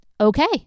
Okay